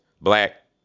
black